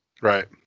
Right